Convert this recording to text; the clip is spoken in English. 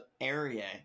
area